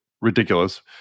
ridiculous